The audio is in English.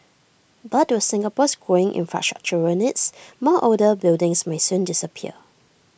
but with Singapore's growing infrastructural needs more older buildings may soon disappear